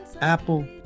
Apple